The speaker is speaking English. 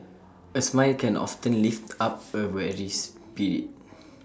A smile can often lift up A weary spirit